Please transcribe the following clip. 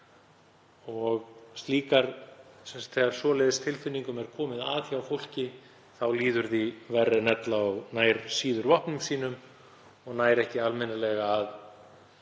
það. Þegar svoleiðis tilfinningum er komið að hjá fólki þá líður því verr en ella og nær síður vopnum sínum og nær ekki almennilega að